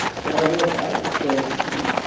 so i read that it was forwarded to me,